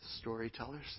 storytellers